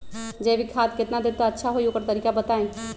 जैविक खाद केतना देब त अच्छा होइ ओकर तरीका बताई?